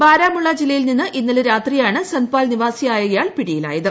ബരാമുള്ള ജില്ലയിൽ നിന്ന് ഇന്നലെ രാത്രിയാണ് സന്ദ്പാൽ നിവാസിയായ ഇയാൾ പിടിയിലായത്